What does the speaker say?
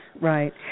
right